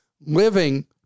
living